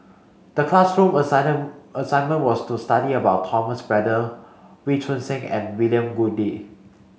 the classroom assigned assignment was to study about Thomas Braddell Wee Choon Seng and William Goode